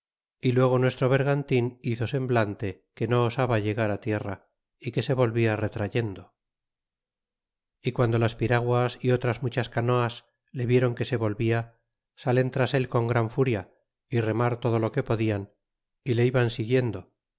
y luego nuestro bergantin hizo semblante que no osaba llegar á tierra y que se volvia retrayendo y guando las piraguas y otras muchas canoas le vieron que se volvia salen tras él con gran furia remar todo lo que podian y le iban siguiendo